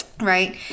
Right